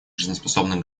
жизнеспособных